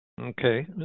Okay